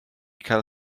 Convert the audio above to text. cael